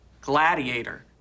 Gladiator